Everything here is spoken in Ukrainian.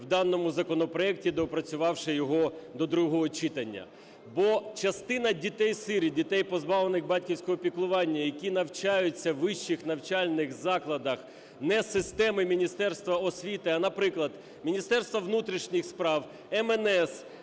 в даному законопроекті, доопрацювавши його до другого читання. Бо частина дітей-сиріт, дітей, позбавлених батьківського піклування, які навчаються у вищих навчальних закладах не системи Міністерства освіти, а, наприклад, Міністерства внутрішніх справ, МНС,